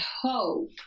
hope